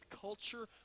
culture